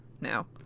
now